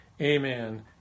Amen